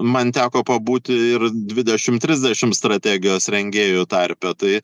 man teko pabūti ir dvidešimt trisdešimt strategijos rengėjų tarpe tai